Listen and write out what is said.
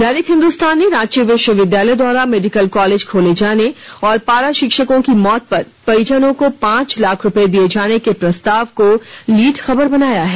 दैनिक हिन्दुस्तान ने रांची विश्वविद्यालय द्वारा मेडिकल कॉलेज खोले जाने और पारा शिक्षकों की मौत पर परिजनों को पांच लाख रूपये दिए जाने के प्रस्ताव को लीड खबर बनाया है